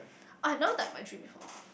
I have no die my dream before